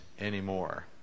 anymore